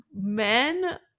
men